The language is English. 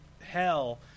hell